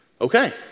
Okay